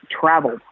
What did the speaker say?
traveled